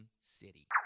city